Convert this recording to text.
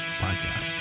podcast